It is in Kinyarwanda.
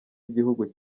igihugu